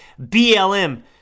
BLM